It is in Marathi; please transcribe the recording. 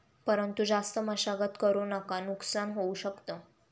परंतु जास्त मशागत करु नका नुकसान होऊ शकत